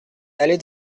allée